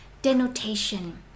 denotation